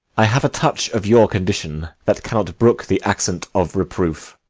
i have a touch of your condition that cannot brook the accent of reproof.